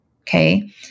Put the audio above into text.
okay